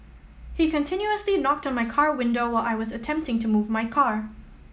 he continuously knocked on my car window while I was attempting to move my car